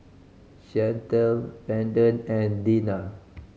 Shantell Brendon and Deanna